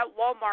Walmart